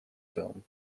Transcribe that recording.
film